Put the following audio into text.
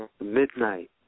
Midnight